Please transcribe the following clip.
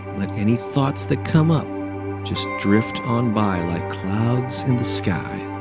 let any thoughts that come up just drift on by like clouds in the sky.